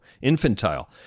infantile